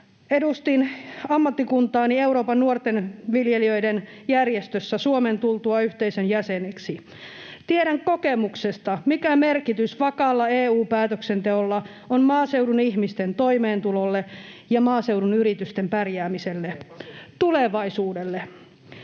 edustin ammattikuntaani Euroopan nuorten viljelijöiden järjestössä Suomen tultua yhteisön jäseneksi. Tiedän kokemuksesta, mikä merkitys vakaalla EU-päätöksenteolla on maaseudun ihmisten toimeentulolle ja maaseudun yritysten pärjäämiselle — tulevaisuudelle.